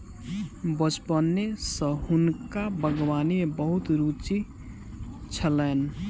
बचपने सॅ हुनका बागवानी में बहुत रूचि छलैन